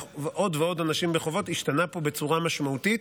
עוד ועוד אנשים בחובות השתנה פה בצורה משמעותית.